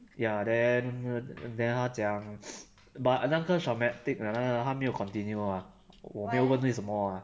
ya then then 他讲 but 那个 charismatic 那个他没有 continue lah 我没有问为什么 lah